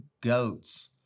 goats